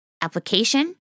application